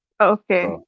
Okay